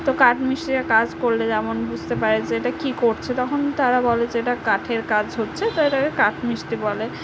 তো কাঠ মিস্ত্রিরা কাজ করলে যেমন বুঝতে পারে যে এটা কী করছে তখন তারা বলে যে এটা কাঠের কাজ হচ্ছে তো এটাকে কাঠ মিস্ত্রি বলে